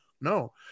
no